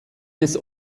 des